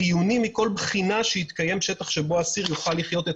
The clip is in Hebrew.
חיוני מכל בחינה שיתקיים שטח שבו אסיר יוכל לחיות את